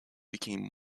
became